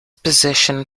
possession